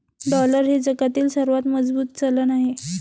dollar हे जगातील सर्वात मजबूत चलन आहे